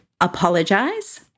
apologize